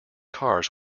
cars